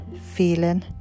feeling